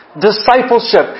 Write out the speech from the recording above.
Discipleship